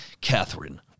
Catherine